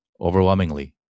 Overwhelmingly